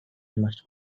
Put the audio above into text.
must